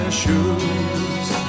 shoes